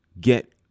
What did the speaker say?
get